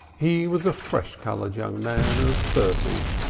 he was a fresh-colored young man of thirty,